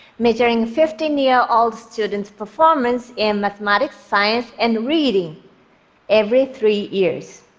measuring fifteen year old students' performance in mathematics, science and reading every three years.